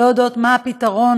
לא יודעות מה הפתרון,